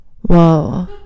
Whoa